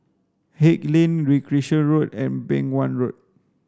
Haig Lane Recreation Road and Beng Wan Road